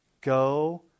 Go